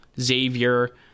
Xavier